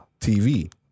TV